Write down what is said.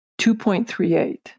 2.38